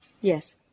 yes